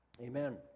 amen